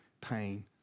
pain